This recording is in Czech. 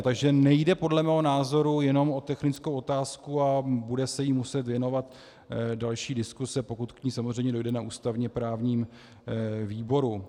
Takže nejde podle mého názoru jenom o technickou otázku a bude se jí muset věnovat další diskuse, pokud k ní samozřejmě dojde, na ústavněprávním výboru.